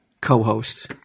co-host